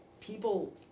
people